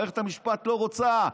מערכת המשפט לא רוצה.